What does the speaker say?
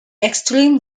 extreme